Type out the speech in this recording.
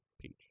Peach